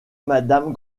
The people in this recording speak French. madame